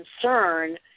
concern